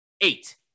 Eight